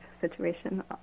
situation